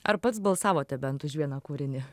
ar pats balsavote bent už vieną kūrinį